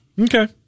okay